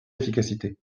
efficacité